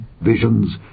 visions